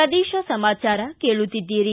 ಪ್ರದೇಶ ಸಮಾಚಾರ ಕೇಳುತ್ತೀದ್ದಿರಿ